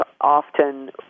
often